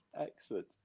excellent